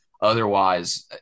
otherwise